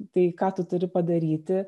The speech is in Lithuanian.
tai ką tu turi padaryti